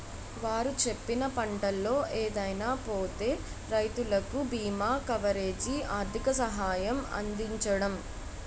వారు చెప్పిన పంటల్లో ఏదైనా పోతే రైతులకు బీమా కవరేజీ, ఆర్థిక సహాయం అందించడం